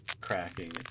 cracking